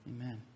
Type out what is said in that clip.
Amen